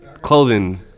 clothing